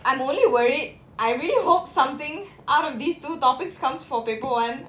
I'm only worried I really hope something out of these two topics comes for paper one